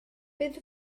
bydd